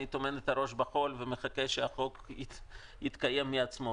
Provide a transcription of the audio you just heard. טומן את הראש בחול ומחכה שהחוק יתקיים מעצמו,